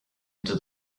into